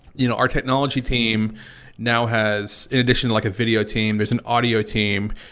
you know, our technology team now has an addition like a video team, there's an audio team,